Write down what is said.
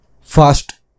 fast